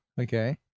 Okay